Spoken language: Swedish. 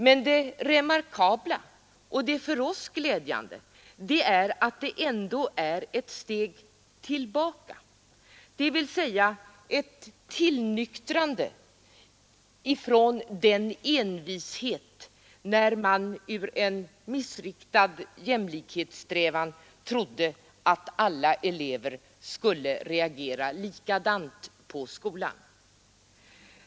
Men det remarkabla och för oss glädjande är att det ändå är ett steg tillbaka, ett tillnyktrande och en uppmjukning av den envishet man visade då man i en missriktad jämlikhetssträvan trodde att alla elever skulle reagera likadant på skolan.